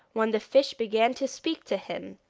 when the fish began to speak to him,